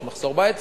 יש מחסור בהיצע,